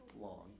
long